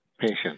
patient